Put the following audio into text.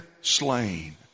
slain